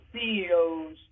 CEOs